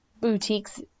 boutique's